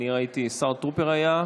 השר טרופר היה.